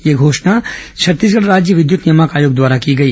यह घोषणा छत्तीसगढ़ राज्य विद्युत नियामक आयोग द्वारा की गई